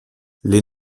les